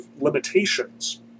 limitations